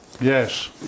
Yes